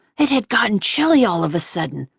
it had gotten chilly all of a sudden,